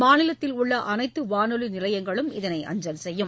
மாநிலத்தில் உள்ள அனைத்து வானொலி நிலையங்களும் இதனை அஞ்சல் செய்யும்